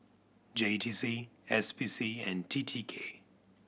J T C S P C and T T K